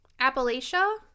Appalachia